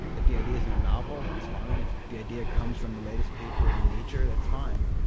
if the idea's in a novel, that's fine. if the idea comes from the latest paper in nature, that's fine.